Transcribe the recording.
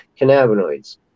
cannabinoids